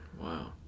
Wow